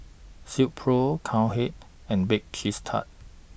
Silkpro Cowhead and Bake Cheese Tart